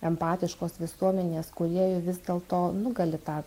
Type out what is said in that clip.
empatiškos visuomenės kūrėju vis dėlto nugali tą